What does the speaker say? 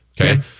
Okay